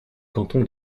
canton